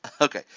Okay